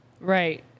Right